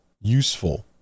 useful